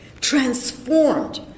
transformed